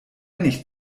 nicht